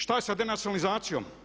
Šta je sa denacionalizacijom?